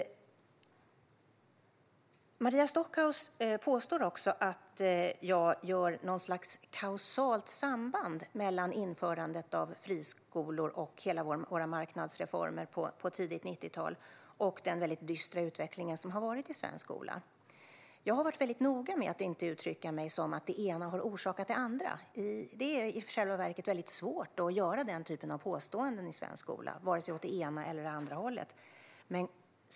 Maria Stockhaus påstår också att jag gör ett kausalt samband mellan införandet av friskolor och alla våra marknadsreformer under tidigt 90-tal och den dystra utveckling som har funnits i svensk skola. Jag har varit väldigt noga med att inte uttrycka mig som om det ena har orsakat det andra. Det är i själva verket svårt att göra sådana påståenden om svensk skola, oavsett om det är åt det ena eller andra hållet.